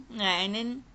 ya and then